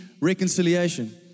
reconciliation